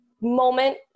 moment